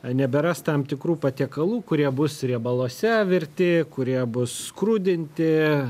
neberas tam tikrų patiekalų kurie bus riebaluose virti kurie bus skrudinti